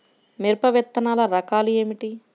మిరప విత్తనాల రకాలు ఏమిటి?